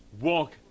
walk